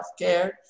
Healthcare